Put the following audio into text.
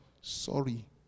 sorry